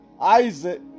Isaac